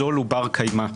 זול ובר קיימא.